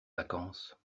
vacances